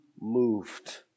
moved